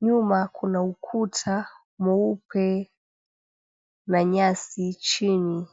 Nyuma kuna ukuta mweupe na nyasi chini.